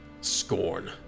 Scorn